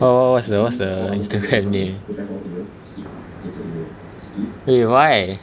what what what what's the what's the Instagram name wait why